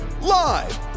Live